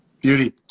Beauty